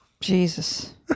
Jesus